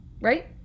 right